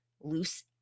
loose